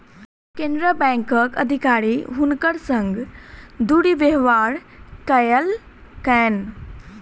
केनरा बैंकक अधिकारी हुनकर संग दुर्व्यवहार कयलकैन